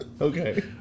Okay